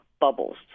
bubbles